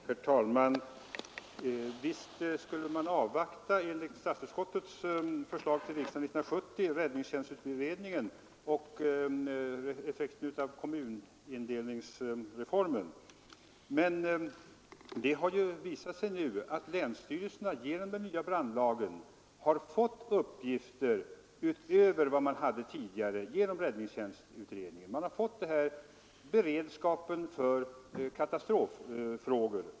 Herr talman! Visst skulle man enligt statsutskottets förslag till riksdagen 1970 avvakta räddningstjänstutredningen och effekten av kommunindelningsreformen. Men just på grund av räddningstjänstutredningen och den nya brandlagen har länsstyrelserna nu fått uppgifter utöver vad de hade tidigare. De har ju fått hand om beredskapen mot katastrofer.